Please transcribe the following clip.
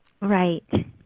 Right